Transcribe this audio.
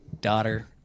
daughter